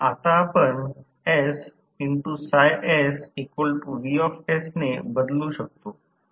आता आपण ने बदलू शकतो